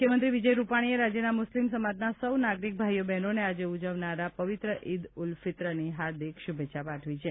મુખ્યમંત્રી વિજય રૂપાણીએ રાજ્યના મુસ્લિમ સમાજના સૌ નાગરિક ભાઈ બહેનોને આજે ઉજવનારા પવિત્ર ઇદ ઉલ ફિત્રની હાર્દિક શુભકામના પાઠવી છે